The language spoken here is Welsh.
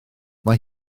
mae